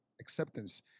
acceptance